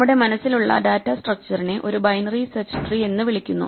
നമ്മുടെ മനസ്സിലുള്ള ഡാറ്റ സ്ട്രക്ച്ചറിനെ ഒരു ബൈനറി സെർച്ച് ട്രീ എന്ന് വിളിക്കുന്നു